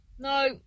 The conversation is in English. No